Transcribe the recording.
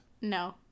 no